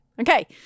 okay